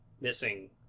missing